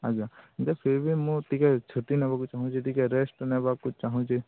ଆଜ୍ଞା ଫିର୍ ଭି ମୁଁ ଟିକେ ଛୁଟି ନେବାକୁ ଚାହୁଁଛି ଟିକେ ରେଷ୍ଟ୍ ନେବାକୁ ଚାହୁଁଛି